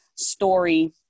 story